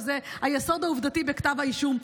שזה היסוד העובדתי בכתב האישום.